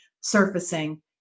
surfacing